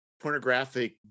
pornographic